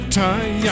time